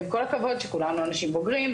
ועם כל הכבוד שכולנו אנשים בוגרים,